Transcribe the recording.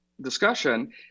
discussion